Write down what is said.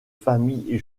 famille